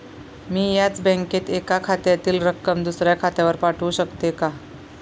मी याच बँकेत एका खात्यातील रक्कम दुसऱ्या खात्यावर पाठवू शकते का?